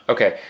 Okay